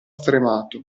stremato